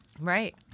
Right